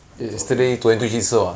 昨天昨天